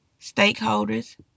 stakeholders